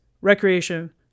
recreation